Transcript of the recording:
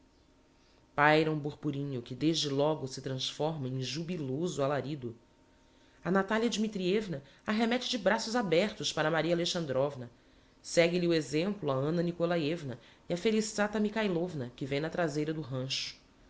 um borborinho que desde logo se transforma em jubiloso alarido a natalia dmitrievna arremete de braços abertos para maria alexandrovna segue lhe o exemplo a anna nikolaievna e a felissata mikhailovna vem na trazeira do rancho